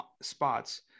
spots